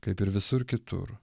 kaip ir visur kitur